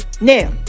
now